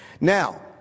Now